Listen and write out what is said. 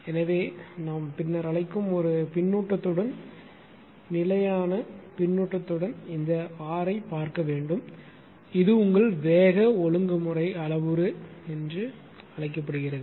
எனவே நாம் பின்னர் அழைக்கும் ஒரு பின்னூட்டத்துடன் நிலையான பின்னூட்டத்துடன் இந்த R ஐப் பார்க்க வேண்டும் இது உங்கள் வேக ஒழுங்குமுறை அளவுரு என்று அழைக்கிறோம்